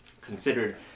considered